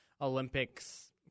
Olympics